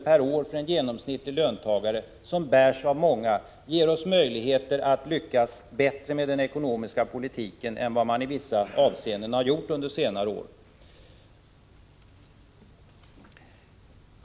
per år för en genomsnittlig löntagare — som betalas av många ger oss möjligheter att lyckas bättre med | den ekonomiska politiken än vad man i vissa avseenden har gjort under senare år.